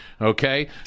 okay